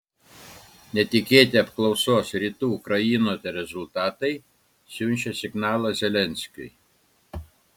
netikėti apklausos rytų ukrainoje rezultatai siunčia signalą zelenskiui